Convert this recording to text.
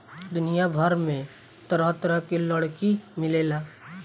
दुनिया भर में तरह तरह के लकड़ी मिलेला